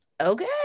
okay